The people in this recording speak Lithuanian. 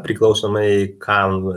priklausomai ką